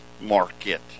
market